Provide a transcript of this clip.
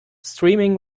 streaming